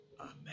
amen